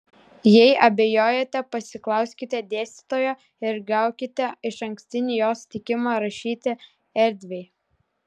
jei abejojate pasiklauskite dėstytojo ir gaukite išankstinį jo sutikimą rašyti erdviai